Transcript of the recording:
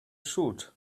shoot